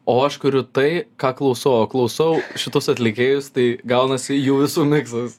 o aš kuriu tai ką klausau o klausau šitus atlikėjus tai gaunasi jų visų miksas